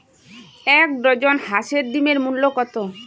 এক ডজন হাঁসের ডিমের মূল্য কত?